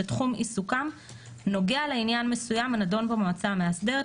שתחום עיסוקם נוגע לעניין מסוים הנדון במועצה המאסדרת,